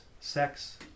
sex